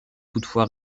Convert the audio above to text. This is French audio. toutefois